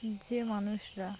যে মানুষরা